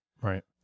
Right